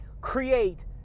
create